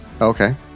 Okay